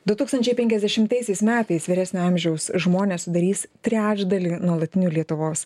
du tūkstančiai penkiasdešimtaisiais metais vyresnio amžiaus žmonės sudarys trečdalį nuolatinių lietuvos